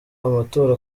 amatora